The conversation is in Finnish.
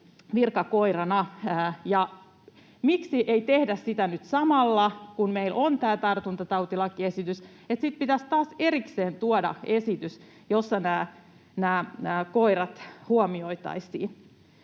virkakoirina. Miksi ei tehdä sitä nyt samalla, kun meillä on tämä tartuntatautilakiesitys? Sitten pitäisi taas erikseen tuoda esitys, jossa nämä koirat huomioitaisiin.